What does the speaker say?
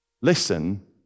Listen